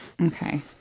Okay